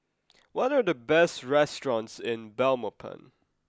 what are the best restaurants in Belmopan